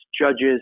judges